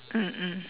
mm mm